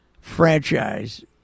franchise